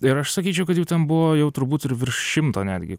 ir aš sakyčiau kad jų ten buvo jau turbūt ir virš šimto netgi